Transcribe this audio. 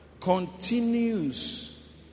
Continues